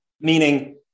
meaning